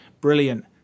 Brilliant